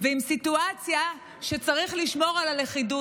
ועם סיטואציה שצריך לשמור על הלכידות.